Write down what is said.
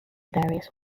various